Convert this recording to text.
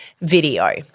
Video